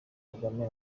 kagame